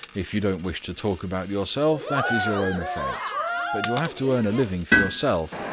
if you don't wish to talk about yourself, that is your own affair but you'll have to earn a living for yourself.